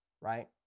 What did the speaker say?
right